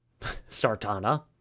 Sartana